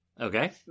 Okay